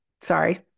Sorry